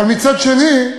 אבל מצד שני,